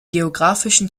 geografischen